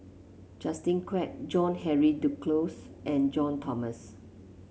Justin Quek John Henry Duclos and John Thomson